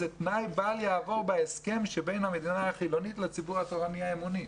תנאי בל יעבור בהסכם שבין המדינה החילונית לציבור התורני האמוני.